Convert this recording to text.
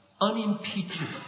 unimpeachable